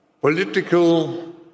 Political